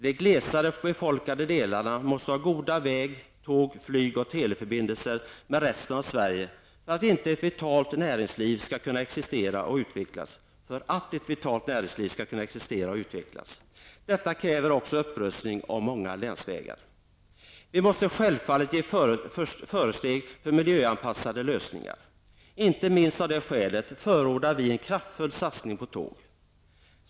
De glesare befolkade delarna måste ha goda väg-, tåg-, flyg och teleförbindelser med resten av Sverige för att ett vitalt näringsliv skall kunna existera och utvecklas. Detta kräver också upprustning av många länsvägar. Vi måste självfallet ge försteg för miljöanpassade lösningar. Inte minst av det skälet förordar vi en kraftfull satsning på tåg.